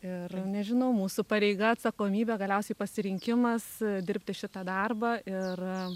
ir nežinau mūsų pareiga atsakomybė galiausiai pasirinkimas dirbti šitą darbą ir